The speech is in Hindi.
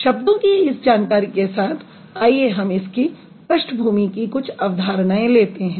शब्दों की इस जानकारी के साथ आइए हम इसकी पृष्ठभूमि की कुछ अवधारणाएँ लेते हैं